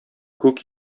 күк